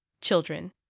Children